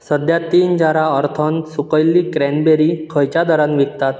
सद्या तीन जारां अर्थोन सुकयल्लीं क्रॅनबेरी खंयच्या दरान विकतात